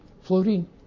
floating